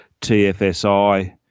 TFSI